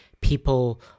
People